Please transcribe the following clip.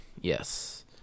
Yes